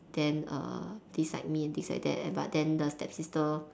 then uh decide me and decide that but then the stepsister